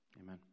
Amen